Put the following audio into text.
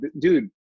dude